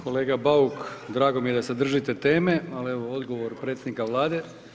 Kolega bauk, drago mi je da se držite teme ali evo odgovor predsjednika Vlade.